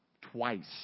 Twice